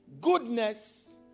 goodness